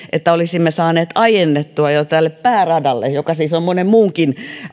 että olisimme saaneet aikaistettua kolmosraiteen suunnittelun aloittamista pääradalle mikä siis on monen muunkin